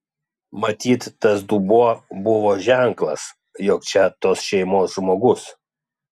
matyt tas dubuo buvo ženklas jog čia tos šeimos žmogus